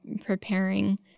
preparing